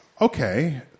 Okay